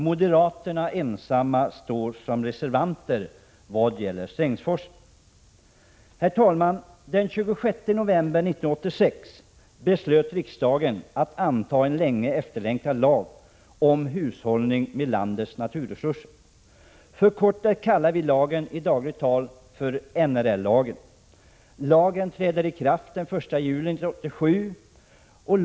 Moderaterna ensamma står som reservanter när det gäller Strängsforsen. Herr talman! Den 26 november 1986 beslöt riksdagen att anta en länge efterlängtad lag om hushållning med landets naturresurser. Förkortat kallar vi lagen i dagligt tal för NRL. Lagen träder i kraft den 1 juli 1987.